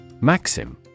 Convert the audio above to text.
Maxim